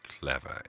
clever